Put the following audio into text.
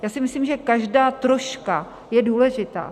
Já si myslím, že každá troška je důležitá.